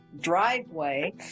driveway